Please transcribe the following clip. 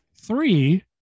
Three